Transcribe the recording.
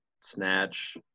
snatch